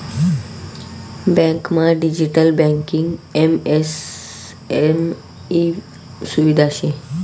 बँकमा digital banking MSME सुविधा शे